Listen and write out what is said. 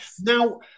Now